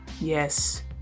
Yes